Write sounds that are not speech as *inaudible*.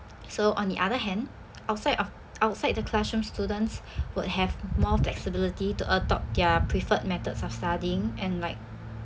so on the other hand outside of outside the classroom students *breath* would have more flexibility to adopt their preferred methods of studying and like